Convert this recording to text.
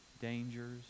dangers